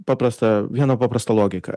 paprasta viena paprasta logika